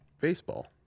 Baseball